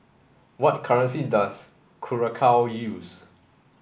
what currency does Curacao use